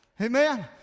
Amen